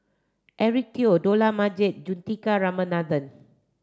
Eric Teo Dollah Majid Juthika Ramanathan